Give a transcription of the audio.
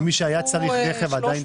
שמי שהיה צריך רכב עדיין צריך.